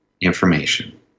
information